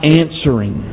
answering